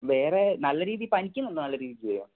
വേറെ നല്ല രീതീൽ പനിക്കുന്നുണ്ടോ നല്ലരീതിയിൽ